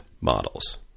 models